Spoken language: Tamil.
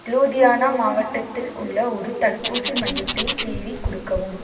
லூதியானா மாவட்டத்தில் உள்ள ஒரு தடுப்பூசி மையத்தை தேடிக் கொடுக்கவும்